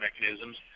mechanisms